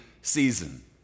season